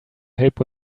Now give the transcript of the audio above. help